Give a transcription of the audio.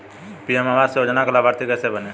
PM आवास योजना का लाभर्ती कैसे बनें?